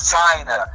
China